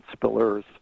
Spillers